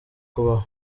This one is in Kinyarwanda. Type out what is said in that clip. kubaho